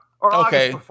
Okay